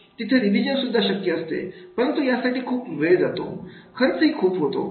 तिथे रिविजन सुद्धा शक्य असते परंतु यासाठी खूप वेळ जातो खर्चही खूप होतो